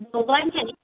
दोघांची